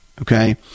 okay